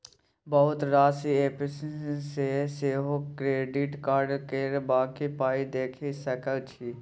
बहुत रास एप्प सँ सेहो क्रेडिट कार्ड केर बाँकी पाइ देखि सकै छी